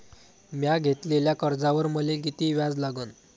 म्या घेतलेल्या कर्जावर मले किती व्याज लागन?